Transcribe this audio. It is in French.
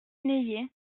naillet